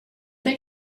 they